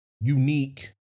unique